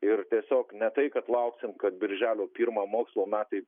ir tiesiog ne tai kad lauksim kad birželio pirmą mokslo metai